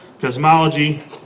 cosmology